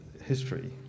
history